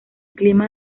clima